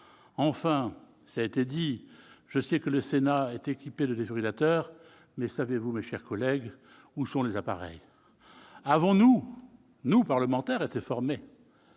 Enfin, cela a été dit, je sais que le Sénat est équipé de défibrillateurs. Mais savez-vous, mes chers collègues, où sont les appareils ? Avons-nous été formés, nous, parlementaires, les agents